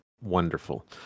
wonderful